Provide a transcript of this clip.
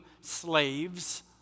slaves